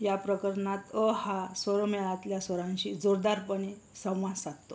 या प्रकरणात अ हा स्वरमेळातल्या स्वरांशी जोरदारपणे संवाद साधतो